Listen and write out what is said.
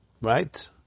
right